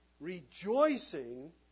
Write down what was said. Rejoicing